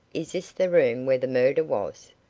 is this the room where the murder was?